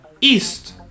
east